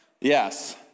yes